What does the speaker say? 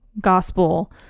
gospel